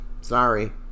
Sorry